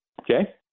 Okay